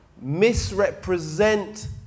misrepresent